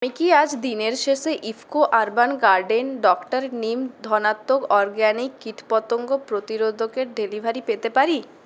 আমি কি আজ দিনের শেষে IFFCO urban garden doctor neem ধনাত্মক অরগ্যানিক কীটপতঙ্গ প্রতিরোধকের ডেলিভারি পেতে পারি